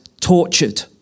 tortured